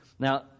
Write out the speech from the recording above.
Now